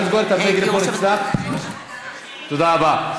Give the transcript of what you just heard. תודה רבה.